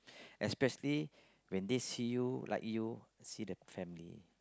especially when they see you like you see the family